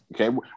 Okay